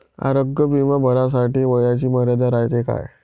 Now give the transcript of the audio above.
आरोग्य बिमा भरासाठी वयाची मर्यादा रायते काय?